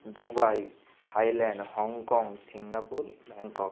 Dubai Thailand Hong Kong Singapore Bangkok